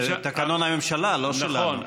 זה תקנון הממשלה, לא שלנו.